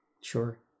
Sure